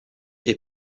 est